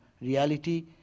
reality